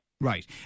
Right